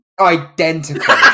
Identical